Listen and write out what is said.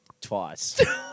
Twice